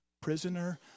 Prisoner